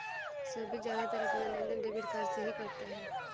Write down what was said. सोभित ज्यादातर अपना लेनदेन डेबिट कार्ड से ही करता है